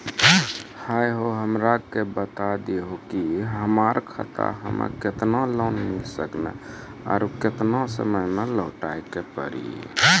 है हो हमरा के बता दहु की हमार खाता हम्मे केतना लोन मिल सकने और केतना समय मैं लौटाए के पड़ी?